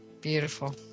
Beautiful